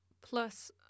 plus